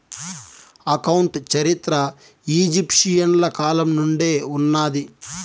account చరిత్ర ఈజిప్షియన్ల కాలం నుండే ఉన్నాది